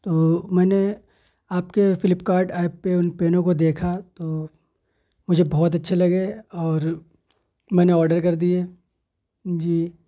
تو میں نے آپ کے فلپکارٹ ایپ پہ ان پینوں کو دیکھا تو مجھے بہت اچھے لگے اور میں نے آڈر کر دیے جی